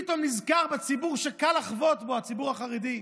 ופתאום נזכר בציבור שקל לחבוט בו, הציבור החרדי.